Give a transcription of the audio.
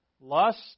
Lust